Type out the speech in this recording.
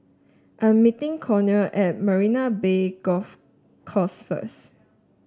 I'm meeting Connor at Marina Bay Golf Course first